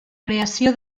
creació